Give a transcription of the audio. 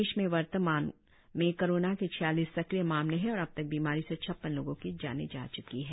प्रदेश में वर्तमात कोरोना के छियालीस सक्रिय मामले है और अब तक बीमारी से छप्पन लोगों की जान जा च्की है